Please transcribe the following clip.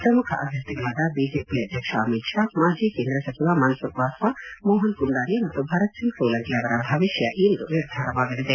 ಪ್ರಮುಖ ಅಭ್ಯರ್ಥಿಗಳಾದ ಬಿಜೆಪಿ ಅಧ್ಯಕ್ಷ ಅಮಿತ್ ಷಾ ಮಾಜಿ ಕೇಂದ್ರ ಸಚಿವ ಮನ್ಸುಖ್ ವಾಸವಾ ಮೋಹನ್ ಕುಂಡಾರಿಯಾ ಮತ್ತು ಭರತ್ಸಿಂಗ್ ಸೋಲಂಕಿ ಅವರ ಭವಿಷ್ಯ ಇಂದು ನಿರ್ಧಾರವಾಗಲಿದೆ